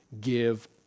give